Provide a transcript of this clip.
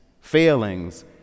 failings